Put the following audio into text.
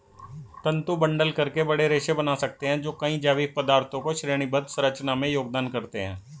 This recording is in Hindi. तंतु बंडल करके बड़े रेशे बना सकते हैं जो कई जैविक पदार्थों की श्रेणीबद्ध संरचना में योगदान करते हैं